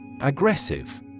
Aggressive